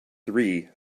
three